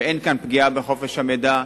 ואין פה פגיעה בחופש המידע,